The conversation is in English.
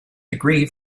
degree